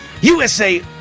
USA